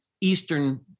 Eastern